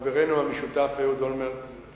חברנו המשותף אהוד אולמרט,